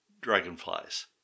dragonflies